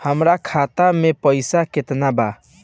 हमरा खाता में पइसा केतना बा?